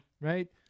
right